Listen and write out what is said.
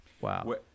Wow